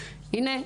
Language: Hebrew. הנה,